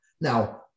Now